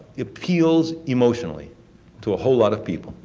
appeals emotionally to a whole lot of people.